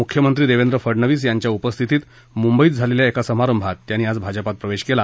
मुख्यमत्ती देवेंद्र फडणवीस याच्छा उपस्थितीत मुंबईत झालेल्या एका समारप्तित त्याती भाजपमध्ये प्रवेश केला